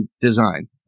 design